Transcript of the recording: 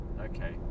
Okay